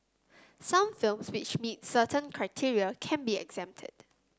some films which meet certain criteria can be exempted